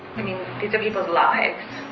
i mean, these are people's lives.